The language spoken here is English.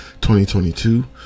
2022